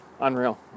unreal